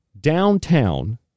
Downtown